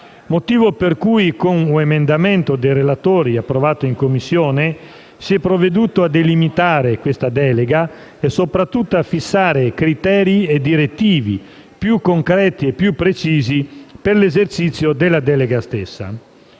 Per questo, con un emendamento dei relatori approvato in Commissione, si è provveduto a delimitare questa delega e soprattutto a fissare criteri e direttive più concreti e precisi per l'esercizio della delega stessa.